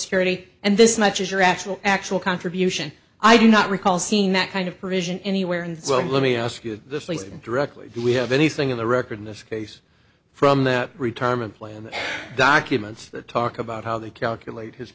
security and this much is your actual actual contribution i do not recall seeing that kind of provision anywhere and so let me ask you this lisa directly we have anything in the record in this case from the retirement plan documents that talk about how they calculate his